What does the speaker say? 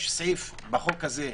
אני חושב שפעוטות חייבים מסגרת.